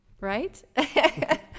right